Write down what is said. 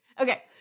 okay